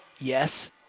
yes